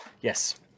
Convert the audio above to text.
Yes